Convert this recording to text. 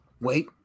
Wait